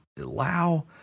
allow